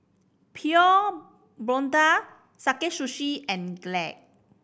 Pure Blonde Sakae Sushi and Glade